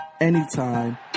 anytime